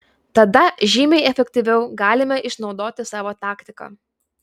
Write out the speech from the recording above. tada žymiai efektyviau galime išnaudoti savo taktiką